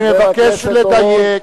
אני מבקש לדייק.